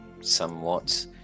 somewhat